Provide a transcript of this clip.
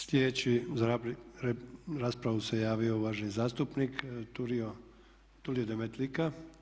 Sljedeći za raspravu se javio uvaženi zastupnik Tulio Demetlika.